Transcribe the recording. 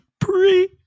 pre